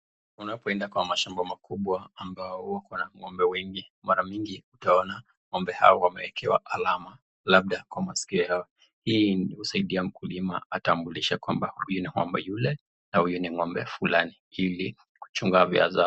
Unapoenda kwa mashamba makubwa amabo wako na ng'ombe wengi mara mingi utaona ng'ombe hawa wamewekewa alama labda kwa maskio yao hii husaidia mkulima atambulishe kuwa huyu ni ng'ombe yule na huyu ni ng'ombe fulani ili kuchunga afya zao.